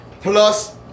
plus